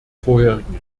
vorherigen